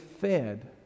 fed